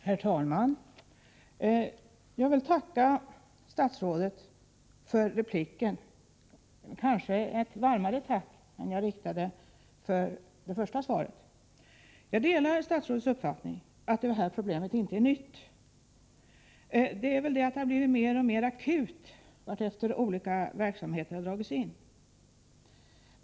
Herr talman! Jag vill tacka statsrådet för repliken. Det blir kanske ett varmare tack än det jag riktade till honom för det första svaret. Jag delar statsrådets uppfattning att detta problem inte är nytt. Men det har blivit mer och mer akut vartefter olika verksamheter har dragits in.